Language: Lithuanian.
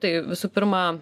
tai visų pirma